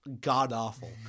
god-awful